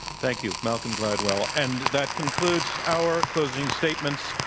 thank you, malcolm gladwell. and that concludes our closing statements.